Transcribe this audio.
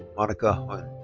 monica huynh.